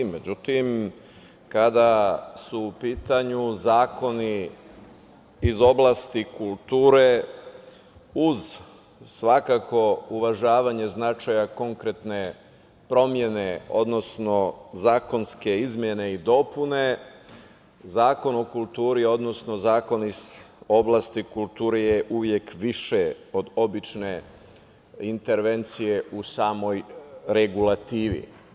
Međutim, kada su u pitanju zakoni iz oblasti kulture, uz svakako uvažavanje značaja konkretne promene, odnosno zakonske izmene i dopune, Zakon o kulturi, odnosno zakona iz oblasti kulture, uvek je više od obične intervencije u samoj regulativi.